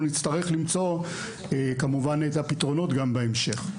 אנחנו נצטרך למצוא את הפתרונות גם בהמשך.